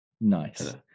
Nice